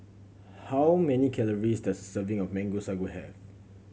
how many calories does serving of Mango Sago have